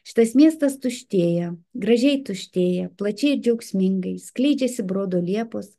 šitas miestas tuštėja gražiai tuštėja plačiai ir džiaugsmingai skleidžiasi brodo liepos